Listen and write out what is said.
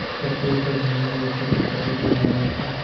प्रति एकड़ धनिया के खेत में कतेक यूरिया लगते?